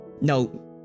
No